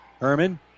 Herman